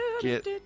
Get